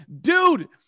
dude